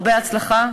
הרבה הצלחה.